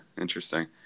interesting